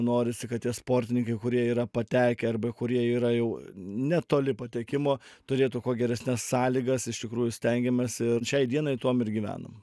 norisi kad tie sportininkai kurie yra patekę arba kurie yra jau netoli patekimo turėtų kuo geresnes sąlygas iš tikrųjų stengiamės ir šiai dienai tuom ir gyvenam